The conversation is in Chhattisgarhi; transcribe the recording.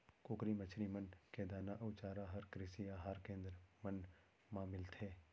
कुकरी, मछरी मन के दाना अउ चारा हर कृषि अहार केन्द्र मन मा मिलथे